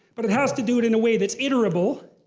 but it has to do it in a way that's inerrable,